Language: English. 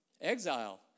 Exile